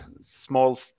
small